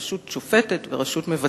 רשות שופטת ורשות מבצעת.